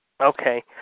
Okay